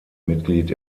mitglied